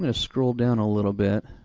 and scroll down a little bit.